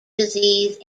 disease